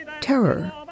terror